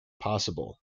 possible